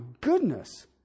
goodness